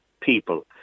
people